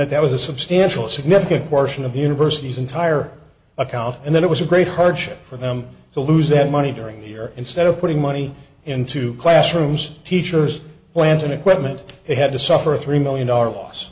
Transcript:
that that was a substantial significant portion of the university's entire account and that it was a great hardship for them to lose that money during the year instead of putting money into classrooms teachers plans and equipment they had to suffer a three million dollar loss